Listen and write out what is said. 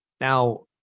Now